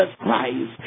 Christ